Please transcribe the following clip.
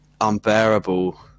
unbearable